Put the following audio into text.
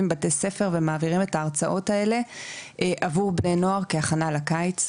בבתי ספר ומעבירים את ההרצאות האלה עבור בני נוער כהכנה לקיץ,